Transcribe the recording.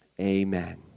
Amen